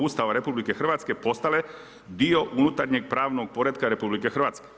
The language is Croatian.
Ustava RH postale dio unutarnjeg pravnog poretka RH.